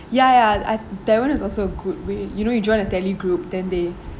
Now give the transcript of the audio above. ya ya I that one is also good way you know you join the tele group then they